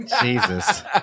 Jesus